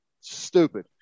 stupid